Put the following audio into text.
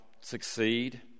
succeed